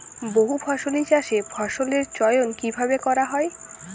বহুফসলী চাষে ফসলের চয়ন কীভাবে করা হয়?